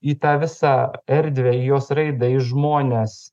į tą visą erdvę į jos raida į žmones